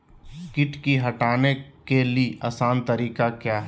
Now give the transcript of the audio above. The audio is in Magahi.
किट की हटाने के ली आसान तरीका क्या है?